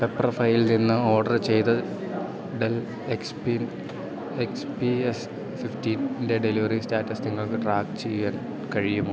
pepper ഫയല്നിന്ന് order ചെയ്ത് Dell X P X P S ഫിഫ്റ്റീൻ്റെ ഡെലിവറി സ്റ്റാറ്റസ് നിങ്ങൾക്ക് ട്രാക്ക് ചെയ്യാൻ കഴിയുമോ